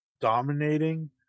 dominating